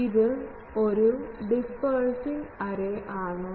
ഇത് ഒരു dispersing array ആണ്